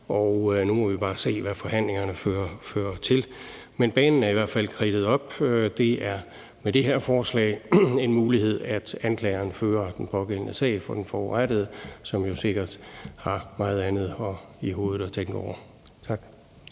Nu må vi bare se, hvad forhandlingerne fører til, men banen er i hvert fald kridtet op. Det er med det her forslag en mulighed, at anklageren fører den pågældende sag for den forurettede, som jo sikkert har meget andet i hovedet at tænke over. Tak.